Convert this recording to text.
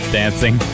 dancing